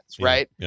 right